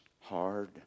hard